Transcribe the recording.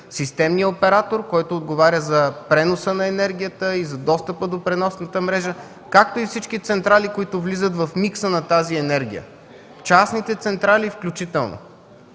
системният оператор, който отговоря за преноса на енергията и за достъпа до преносната мрежа, както и всички централи, които влизат в микса на тази енергия, включително